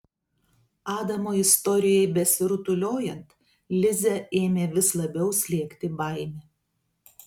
adamo istorijai besirutuliojant lizę ėmė vis labiau slėgti baimė